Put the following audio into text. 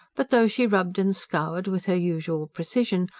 but though she rubbed and scoured with her usual precision,